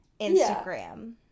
Instagram